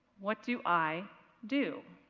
what do i do?